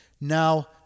Now